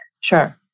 Sure